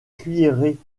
cuillerée